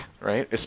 right